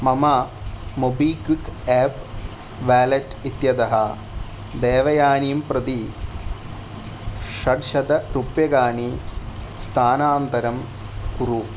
मम MobiKwik app wallet इत्यतः देवयानीं प्रति षड्शतरूप्यकाणि स्थानान्तरं कुरु